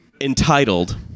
entitled